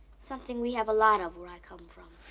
something we have a lot of where i come from.